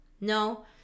No